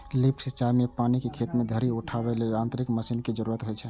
lift सिंचाइ मे पानि कें खेत धरि उठाबै लेल यांत्रिक मशीन के जरूरत होइ छै